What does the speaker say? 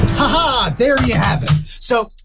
haha there you have it. so